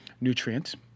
nutrients